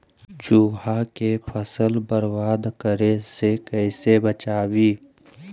चुहा के फसल बर्बाद करे से कैसे बचाबी?